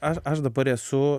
aš aš dabar esu